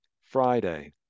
Friday